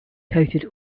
coated